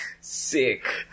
sick